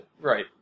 right